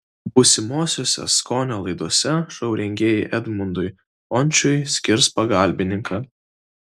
būsimosiose skonio laidose šou rengėjai edmundui končiui skirs pagalbininką